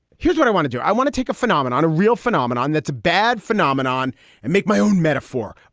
here's what i want to do. i want to take a phenomenon, a real phenomenon that's a bad phenomenon and make my own metaphor.